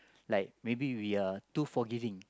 like maybe we are too forgiving